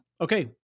Okay